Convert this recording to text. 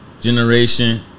generation